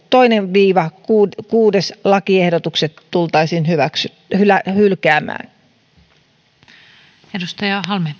toinen viiva kuudes kuudes lakiehdotus tultaisiin hylkäämään